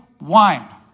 wine